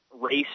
race